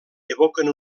evoquen